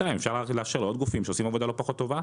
ואני מסכימה עם דוד שזה הדבר הכי קטן,